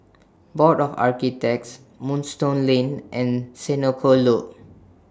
Board of Architects Moonstone Lane and Senoko Loop